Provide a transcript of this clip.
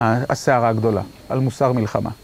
הסערה הגדולה, על מוסר מלחמה.